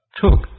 took